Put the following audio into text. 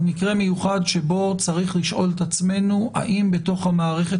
מקרה מיוחד שבו צריך לשאול את עצמנו האם בתוך המערכת